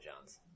John's